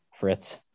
Fritz